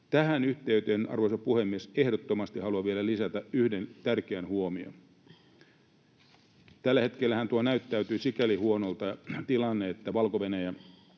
Tähän yhteyteen, arvoisa puhemies, ehdottomasti haluan vielä lisätä yhden tärkeän huomion: Tällä hetkellähän tuo tilanne näyttäytyy sikäli huonona, että Valko-Venäjä,